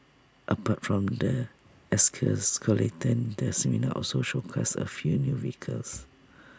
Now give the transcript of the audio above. apart from the exoskeleton the seminar also showcased A few new vehicles